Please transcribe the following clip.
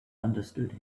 understood